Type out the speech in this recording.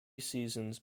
seasons